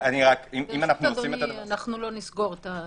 ברשות אדוני, לא נסגור.